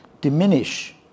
diminish